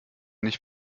nicht